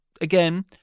again